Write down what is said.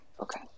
Okay